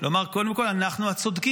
לומר קודם כול: אנחנו הצודקים.